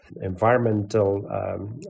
environmental